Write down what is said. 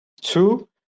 Two